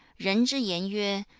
ren zhi yan yue,